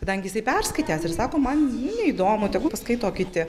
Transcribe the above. kadangi jisai perskaitęs ir sako man neįdomu tegu paskaito kiti